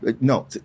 No